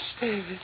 David